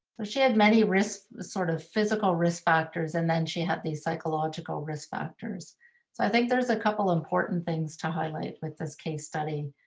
so she had many risks, sort of physical risk factors. and then she had these psychological risk factors. so i think there's a couple of important things to highlight with this case study.